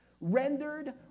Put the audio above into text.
rendered